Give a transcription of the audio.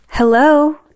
Hello